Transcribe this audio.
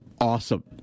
Awesome